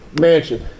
mansion